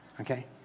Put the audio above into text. okay